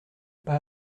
pas